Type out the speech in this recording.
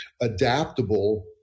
adaptable